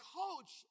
coach